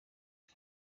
bwe